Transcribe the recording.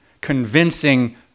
convincing